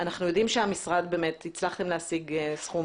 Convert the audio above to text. אנחנו יודעים שבמשרד הצלחתם להשיג סכום